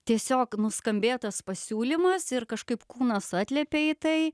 tiesiog nuskambėjo tas pasiūlymas ir kažkaip kūnas atliepė į tai